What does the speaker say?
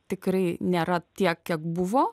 tikrai nėra tiek kiek buvo